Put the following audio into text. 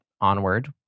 onward